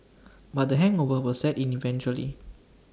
but the hangover were set in eventually